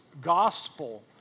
gospel